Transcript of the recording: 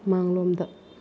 ꯃꯥꯡꯂꯣꯝꯗ